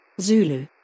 Zulu